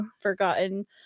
forgotten